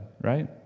Right